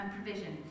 Provision